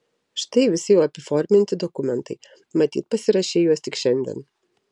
štai visi jau apiforminti dokumentai matyt pasirašei juos tik šiandien